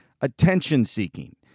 attention-seeking